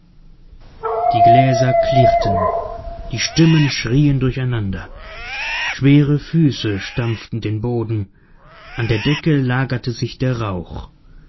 die gläser klirrten die stimmen schrieen durcheinander schwere füße stampften den boden an der decke lagerte sich der rauch